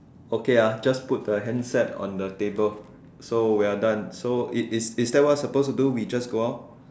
okay ah just put the handset on the table so we are done so is is that what suppose to do we just go out